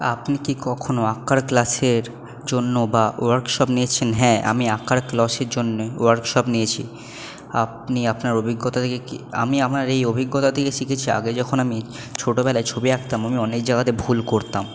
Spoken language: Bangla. আপনি কি কখনো আঁকার ক্লাসের জন্য বা ওয়ার্কশপ নিয়েছেন হ্যাঁ আমি আঁকার ক্লসের জন্যে ওয়ার্কশপ নিয়েছি আপনি আপনার অভিজ্ঞতা থেকে কি আমি আমার এই অভিজ্ঞতা থেকে শিখেছি আগে যখন আমি ছোটোবেলায় ছবি আঁকতাম আমি অনেক জায়গাতে ভুল করতাম